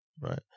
right